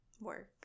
work